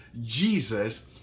Jesus